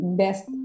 best